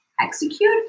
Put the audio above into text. execute